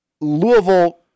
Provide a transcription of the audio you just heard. Louisville